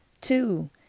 two